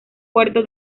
puerto